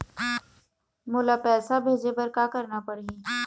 मोला पैसा भेजे बर का करना पड़ही?